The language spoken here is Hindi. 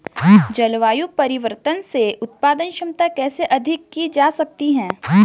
जलवायु परिवर्तन से उत्पादन क्षमता कैसे अधिक की जा सकती है?